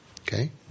Okay